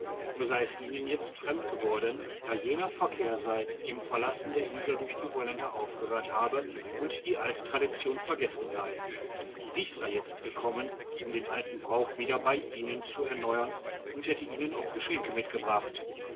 sei es ihnen jetzt fremd geworden da jener verkehr seit dem verlassen der insel durch die holländer aufgehört habe und die alte tradition vergessen sei ich sei jetzt gekommen um den alten brauch wieder bei ihnen zu erneuern und hätte ihnen auch geschenke mitgebracht